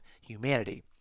humanity